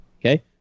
Okay